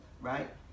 right